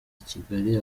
kigali